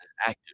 active